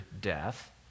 death